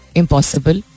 impossible